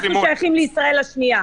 אנחנו שייכים לישראל השנייה.